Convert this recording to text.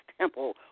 temple